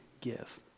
give